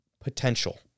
potential